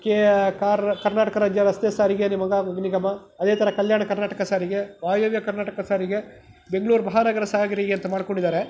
K Karnataka ರಾಜ್ಯ ರಸ್ತೆ ಸಾರಿಗೆ ನಿಗಮ ನಿಗಮ ಅದೇ ಥರ ಕಲ್ಯಾಣ ಕರ್ನಾಟಕ ಸಾರಿಗೆ ವಾಯುವ್ಯ ಕರ್ನಾಟಕ ಸಾರಿಗೆ ಬೆಂಗ್ಳೂರು ಮಹಾನಗರ ಸಾರಿಗೆ ಅಂತ ಮಾಡ್ಕೊಂಡಿದ್ದಾರೆ